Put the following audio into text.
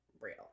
real